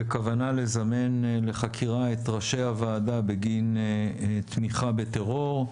וכוונה לזמן לחקירה את ראשי הוועדה בגין תמיכה בטרור,